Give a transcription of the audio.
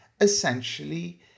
essentially